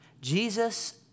Jesus